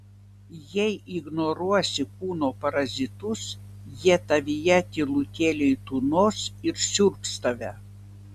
jei ignoruosi kūno parazitus jie tavyje tylutėliai tūnos ir siurbs tave